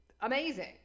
amazing